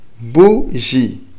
bougie